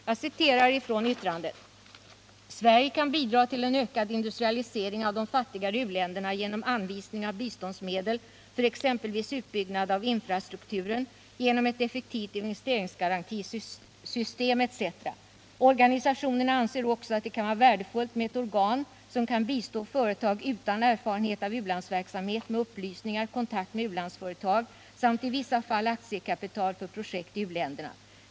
Jag citerar från yttrandet: ”Sverige kan bidra till en ökad industrialisering av de fattigare u-länderna genom anvisning av biståndsmedel för exempelvis utbyggnad av infrastrukturen, genom ett effektivt investeringsgarantisystem etc. Organisationerna anser också att det kan vara värdefullt med ett organ som kan bistå företag utan erfarenhet av u-landsverksamhet med upplysningar, kontakt med u landsföretag samt i vissa fall aktiekapital för projekt i u-länderna.